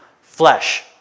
flesh